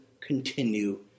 continue